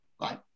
right